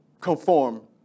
conform